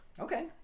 Okay